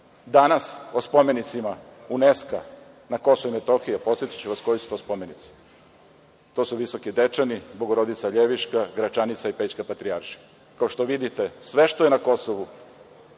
Danas o spomenicima UNESKA na Kosovu i Metohiji, a podsetiću vas koji su to spomenici, to su Visoki Dečani, Bogorodica Ljeviška, Gračanica i Pećka Patrijaršija, kao što vidite, sve što je na Kosovu